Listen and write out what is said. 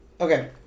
Okay